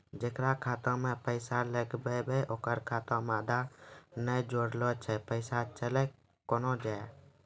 जेकरा खाता मैं पैसा लगेबे ओकर खाता मे आधार ने जोड़लऽ छै पैसा चल कोना जाए?